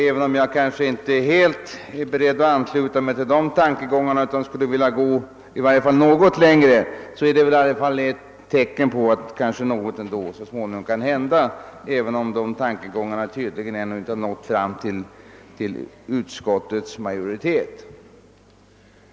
Även om jag inte är helt beredd att ansluta mig till tankegångarna i dessa motioner utan skulle vilja gå i varje fall något längre, ser jag detta som ett tecken på att något ändå så småningom kan inträffa, fastän dessa tankegångar tydligen inte ännu nått fram till utskottets majoritet.